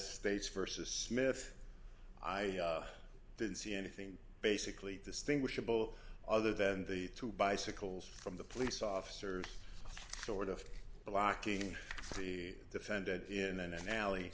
states versus smith i didn't see anything basically distinguishable other than the two bicycles from the police officers sort of blocking the defendant in an alley